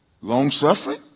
long-suffering